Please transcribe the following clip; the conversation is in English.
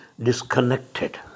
disconnected